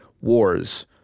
wars